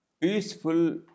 peaceful